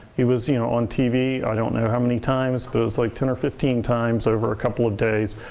he was you know on tv, i don't know how many times, but it was like ten or fifteen times over a couple of days.